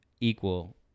equal